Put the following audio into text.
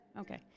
Okay